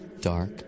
Dark